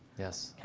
yes.